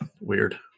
weird